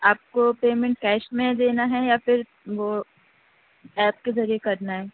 آپ کو payment cash میں دینا ہے یا پھر وہ ایپ کے ذریعے کرنا ہے